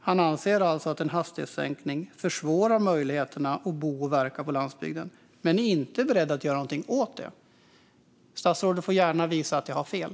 Han anser alltså att en hastighetssänkning försvårar möjligheterna att bo och verka på landsbygden men är inte beredd att göra något åt det. Statsrådet får gärna visa att jag har fel.